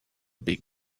big